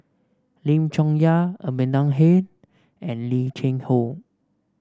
Lim Chong Yah Amanda Heng and Lim Cheng Hoe